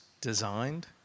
designed